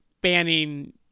banning